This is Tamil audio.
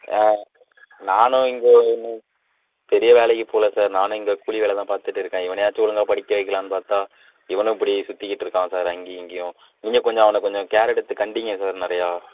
ஆ நானும் இங்கே பெரிய வேலைக்கு போகல சார் நானும் இங்கே கூலி வேலைதான் பார்த்துட்டு இருக்கேன் இவனையாச்சும் ஒழுங்காக படிக்க வைக்கலான் பார்த்தா இவனும் இப்படி சுற்றிகிட்டு இருக்கான் சார் அங்கேயும் இங்கேயும் நீங்கள் கொஞ்சம் அவனை கொஞ்சம் கேர் எடுத்து கண்டீங்க சார் நிறையா